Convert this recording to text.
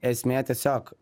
esmė tiesiog